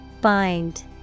Bind